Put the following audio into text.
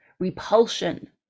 repulsion